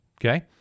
Okay